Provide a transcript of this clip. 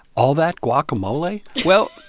all that guacamole? well,